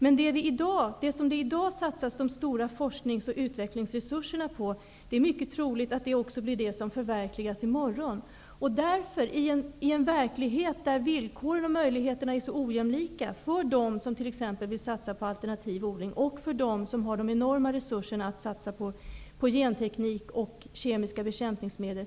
Men det är mycket troligt att det som man i dag satsar stora forsknings och utvecklingsresurser på kommer att förverkligas i morgon. I verkligheten är villkoren och möjligheterna ojämlika för dem som t.ex. vill satsa på alternativ odling i förhållande till dem som har enorma resurser att satsa på genteknik och kemiska bekämpningsmedel.